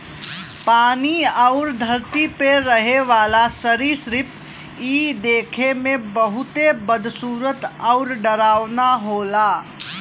पानी आउर धरती पे रहे वाला सरीसृप इ देखे में बहुते बदसूरत आउर डरावना होला